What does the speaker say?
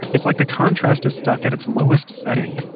it's like the contrast is stuck at its lowest setting.